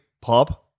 pop